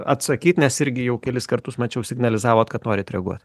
atsakyt nes irgi jau kelis kartus mačiau signalizavot kad norit reaguot